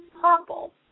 purple